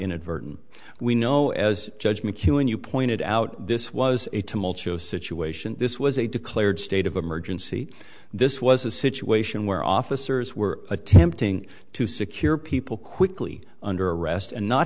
inadvertent we know as judge mchugh and you pointed out this was a tumultuous situation this was a declared state of emergency this was a situation where officers were attempting to secure people quickly under arrest and not